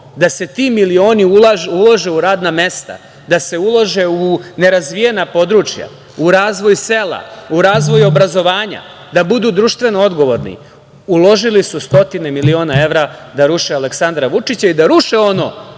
da se ti milioni ulože u radna mesta, da se ulože u nerazvijena područja, u razvoj sela, u razvoj obrazovanja, da budu društveno odgovorni, uložili su stotine miliona evra da ruše Aleksandra Vučića i da ruše ono